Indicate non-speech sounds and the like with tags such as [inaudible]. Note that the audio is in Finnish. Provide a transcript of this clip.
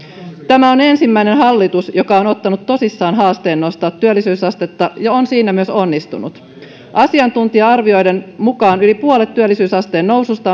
tämä on ensimmäinen hallitus joka on ottanut tosissaan haasteen nostaa työllisyysastetta ja on siinä myös onnistunut asiantuntija arvioiden mukaan yli puolet työllisyysasteen noususta [unintelligible]